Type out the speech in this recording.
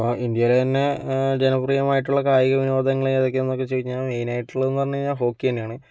ഇന്ത്യയിലെ തന്നെ ജനപ്രിയമായിട്ടുള്ള കായിക വിനോദങ്ങളേതൊക്കെയെന്നു ചോദിച്ചുകഴിഞ്ഞാൽ മെയിനായിട്ടുള്ളതെന്ന് പറഞ്ഞ് കഴിഞ്ഞാൽ ഹോക്കി തന്നെയാണ്